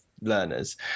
learners